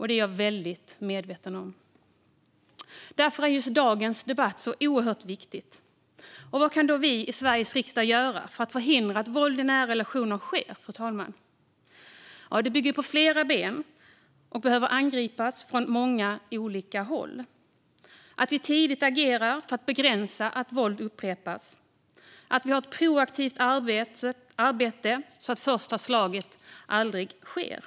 Det är jag väl medveten om. Därför är just denna debatt oerhört viktig. Vad kan då vi i Sveriges riksdag göra för att förhindra att våld i nära relationer sker, fru talman? Det arbetet bygger på flera ben. Problemet behöver angripas från många olika håll. Vi behöver tidigt agera för att begränsa att våld återupprepas. Vi behöver arbeta proaktivt så att det första slaget aldrig sker.